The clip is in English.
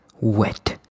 wet